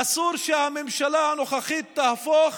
אסור שהממשלה הנוכחית תהפוך